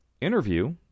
interview